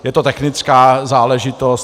Je to technická záležitost.